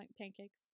pancakes